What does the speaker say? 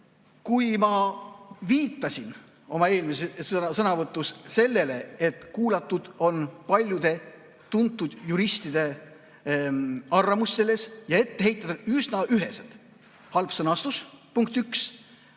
Ma viitasin oma eelmises sõnavõtus sellele, et kuulatud on paljude tuntud juristide arvamust eelnõu kohta ja etteheited on üsna ühesed. Halb sõnastus – punkt üks,